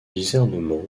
discernement